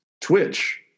Twitch